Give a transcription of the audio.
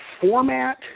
format